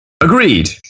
Agreed